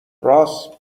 راس